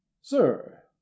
sir